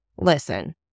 Listen